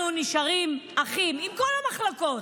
אנחנו נשארים אחים עם כל המחלוקות.